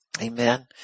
Amen